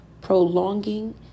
prolonging